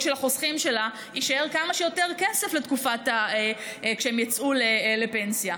שלחוסכים שלה יישאר כמה שיותר כסף כשהם יצאו לפנסיה.